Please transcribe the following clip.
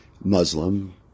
Muslim